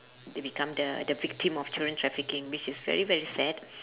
they become the the victim of children trafficking which is very very sad